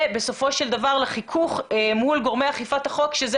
ובסופו של דבר לחיכוך מול גורמי אכיפת החוק שזה